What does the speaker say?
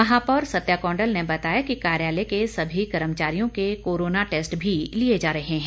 माहापौर सत्या कोंडल ने बताया कि कार्यालय के सभी कर्मचारियों के कोरोना टेस्ट भी लिए जा रहे हैं